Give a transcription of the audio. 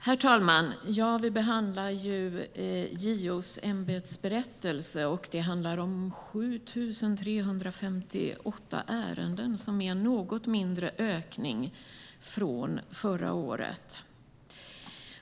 Herr talman! Vi behandlar JO:s ämbetsberättelse. Det handlar om 7 358 ärenden, vilket är en liten ökning jämfört med året innan.